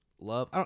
love